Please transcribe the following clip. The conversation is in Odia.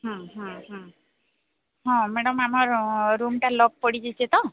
ହଁ ମ୍ୟାଡ଼ମ୍ ଆମର ରୁମ୍ଟା ଲକ୍ ପଡ଼ିଯାଇଛେ ତ